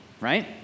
right